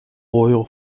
oil